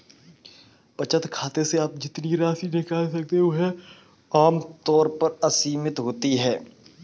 बचत खाते से आप जितनी राशि निकाल सकते हैं वह आम तौर पर असीमित होती है